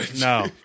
no